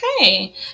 Okay